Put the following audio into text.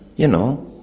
you know,